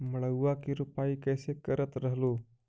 मड़उआ की रोपाई कैसे करत रहलू?